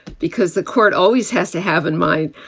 because the court always has to have in mind.